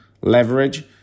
leverage